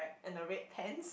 and the red pants